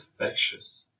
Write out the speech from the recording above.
infectious